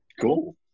Cool